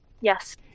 yes